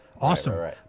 Awesome